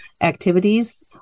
activities